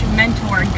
mentor